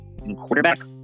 quarterback